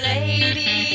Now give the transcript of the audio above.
Lady